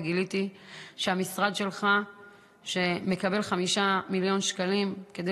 וגיליתי שהמשרד שלך מקבל 5 מיליון שקלים כדי